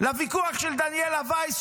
לוויכוח של דניאלה וייס,